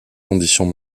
conditions